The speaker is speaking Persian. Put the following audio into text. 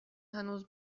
هنوز